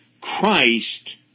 Christ